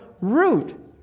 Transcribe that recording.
root